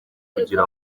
kugira